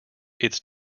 its